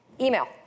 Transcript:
Email